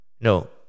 No